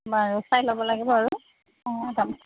বাৰু চাই ল'ব লাগিব আৰু অঁ দাম